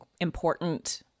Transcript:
important